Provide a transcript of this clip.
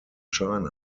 china